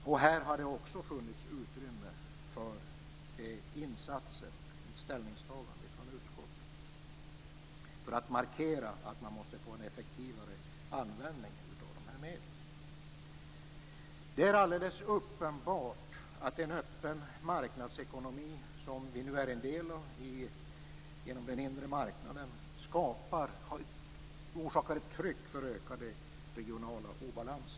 Också här hade det funnits utrymme för ett ställningstagande från utskottet för att markera att man måste få till stånd en effektivare användning av dessa medel. Det är alldeles uppenbart att i en öppen marknadsekonomi som den som vi nu genom den inre marknaden är en del av skapar ett tryck som kan ge ökade regionala obalanser.